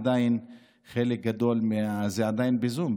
עדיין חלק גדול בזום,